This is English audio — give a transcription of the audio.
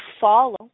follow